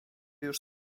już